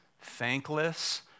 thankless